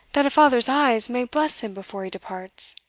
that a father's eyes may bless him before he departs.